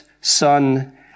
Son